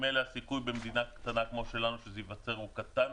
ממילא הסיכוי במדינה קטנה כמו שלנו שזה ייווצר הוא קטן.